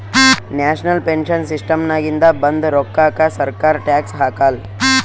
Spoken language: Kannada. ನ್ಯಾಷನಲ್ ಪೆನ್ಶನ್ ಸಿಸ್ಟಮ್ನಾಗಿಂದ ಬಂದ್ ರೋಕ್ಕಾಕ ಸರ್ಕಾರ ಟ್ಯಾಕ್ಸ್ ಹಾಕಾಲ್